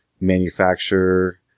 manufacturer